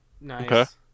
Nice